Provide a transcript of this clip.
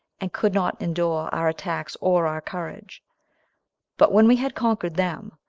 and could not endure our attacks or our courage but when we had conquered them,